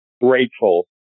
grateful